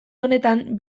honetan